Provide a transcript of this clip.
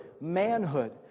manhood